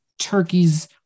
turkeys